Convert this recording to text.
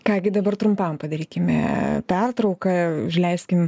ką gi dabar trumpam padarykime pertrauką užleiskim